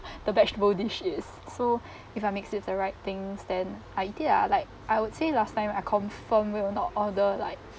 the vegetable dish is so if I mix with the right things then I eat it lah like I would say last time I confirm will not order like